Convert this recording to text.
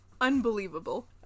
Unbelievable